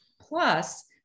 Plus